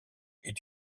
est